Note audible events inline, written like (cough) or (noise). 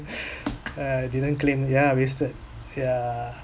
(breath) ah didn't claim ya wasted yeah